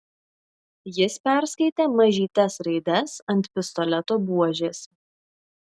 jis perskaitė mažytes raides ant pistoleto buožės